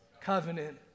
Covenant